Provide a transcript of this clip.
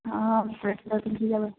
অঁ মেখেলা চাদৰ পিন্ধি যাব